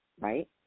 right